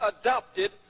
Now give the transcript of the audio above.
adopted